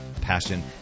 passion